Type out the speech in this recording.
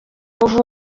kuva